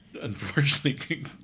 unfortunately